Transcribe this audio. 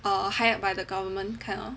err hired by the government kind lor